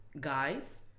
guys